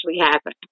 happen